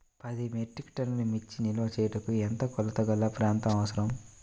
పది మెట్రిక్ టన్నుల మిర్చి నిల్వ చేయుటకు ఎంత కోలతగల ప్రాంతం అవసరం?